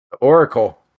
Oracle